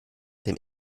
dem